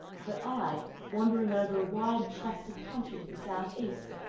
her eye, wandering over a wide tract of country to the south-east,